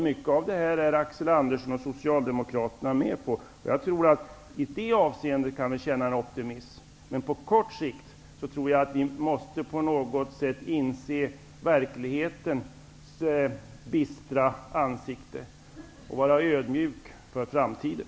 Mycket av det här är Axel Andersson och Socialdemokraterna med på. I det avseendet tror jag att vi kan känna en optimism. Men på kort sikt tror jag att vi måste inse verklighetens bistra ansikte och vara ödmjuka inför framtiden.